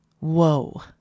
Whoa